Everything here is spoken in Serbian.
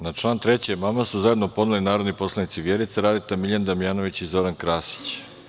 Na član 3. amandman su zajedno podneli narodni poslanici Vjerica Radeta, Miljan Damjanović i Zoran Krasić.